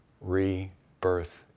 rebirth